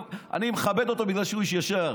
אני מכבד אותו בגלל שהוא איש ישר,